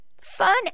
Fun